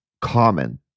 common